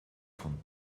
von